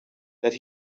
that